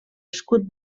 escut